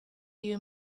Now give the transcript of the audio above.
you